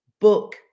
book